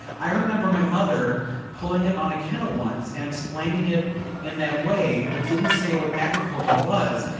i remember my mother pulling it on a kennel once, and explaining it in that way, but didn't say what agriculture was,